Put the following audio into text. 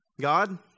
God